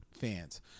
fans